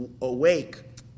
awake